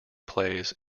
plays